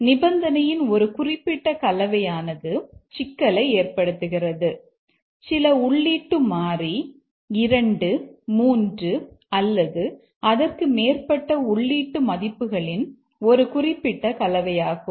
நிபந்தனையின் ஒரு குறிப்பிட்ட கலவையானது சிக்கலை ஏற்படுத்துகிறது சில உள்ளீட்டு மாறி 2 3 அல்லது அதற்கு மேற்பட்ட உள்ளீட்டு மதிப்புகளின் ஒரு குறிப்பிட்ட கலவையாகும்